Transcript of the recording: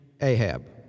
Ahab